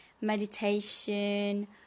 meditation